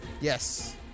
yes